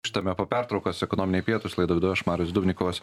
grįžtame po pertraukos ekonominiai pietūs laidą vedu aš marius dubnikovas